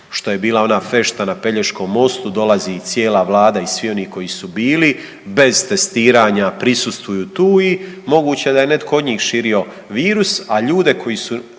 što je bila ona fešta na Pelješkom mostu dolazi i cijela Vlada i svi oni koji su bili. Bez testiranja prisustvuju tu i moguće da je netko od njih širio virus, a ljude koji se